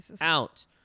out